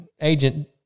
agent